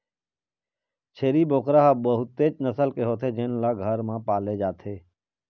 छेरी बोकरा ह बहुतेच नसल के होथे जेन ल घर म पाले जाथे